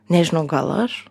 nežinau gal aš